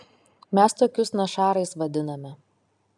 mes tokius našarais vadiname